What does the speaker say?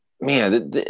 man